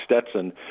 Stetson